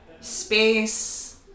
Space